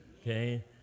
okay